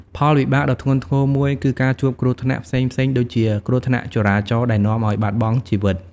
ផលវិបាកដ៏ធ្ងន់ធ្ងរមួយគឺការជួបគ្រោះថ្នាក់ផ្សេងៗដូចជា គ្រោះថ្នាក់ចរាចរណ៍ដែលនាំឱ្យបាត់បង់ជីវិត។